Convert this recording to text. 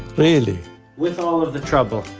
really with all of the trouble?